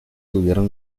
tuvieron